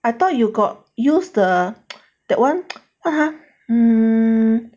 I thought you got use the that one (uh huh) mm